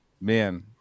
man